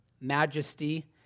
majesty